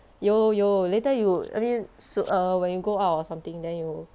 有有 later you I mean err when you go out or something then you